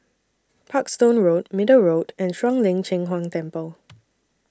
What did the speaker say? Parkstone Road Middle Road and Shuang Lin Cheng Huang Temple